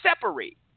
separate